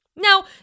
Now